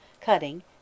cutting